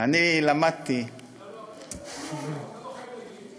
אני למדתי, אתה לא חייב להגיד.